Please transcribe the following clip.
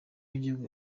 w’igihugu